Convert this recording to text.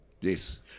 Yes